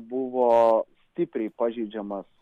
buvo stipriai pažeidžiamas